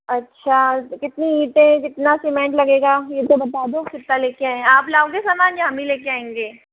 अच्छा कितनी ईंटें कितना सीमेंट लगेगा यह तो बता दो कितना लेकर आएँ आप लाओगे सामान या हम ही लेकर आएंगे